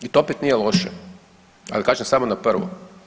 I to opet nije loše, ali kažem samo na prvu.